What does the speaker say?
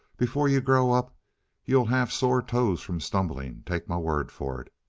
before you grow up you'll have sore toes from stumbling, take my word for it!